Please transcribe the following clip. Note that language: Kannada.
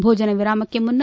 ಭೋಜನ ವಿರಾಮಕ್ಷೆ ಮುನ್ನ